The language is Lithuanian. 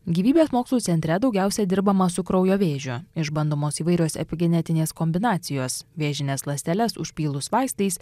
gyvybės mokslų centre daugiausia dirbama su kraujo vėžiu išbandomos įvairios epigenetinės kombinacijos vėžines ląsteles užpylus vaistais